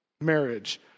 marriage